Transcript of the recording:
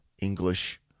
English